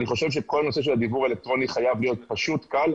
אני חושב שכל הנושא של הדיוור האלקטרוני חייב להיות פשוט וקל.